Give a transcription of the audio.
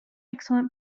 excellent